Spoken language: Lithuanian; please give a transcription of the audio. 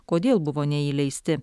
kodėl buvo neįleisti